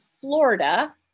Florida